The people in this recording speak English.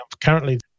currently